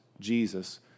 Jesus